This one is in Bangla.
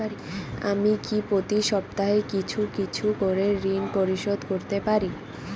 আমি কি প্রতি সপ্তাহে কিছু কিছু করে ঋন পরিশোধ করতে পারি?